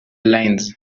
lines